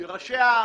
אל תוסיפי.